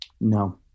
No